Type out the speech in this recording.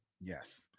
Yes